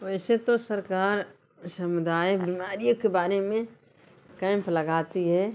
वैसे तो सरकार समुदाय बीमारियों के बारे में कैंप लगाती है